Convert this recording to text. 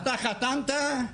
אתה חתמת,